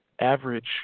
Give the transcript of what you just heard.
average